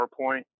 PowerPoint